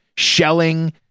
shelling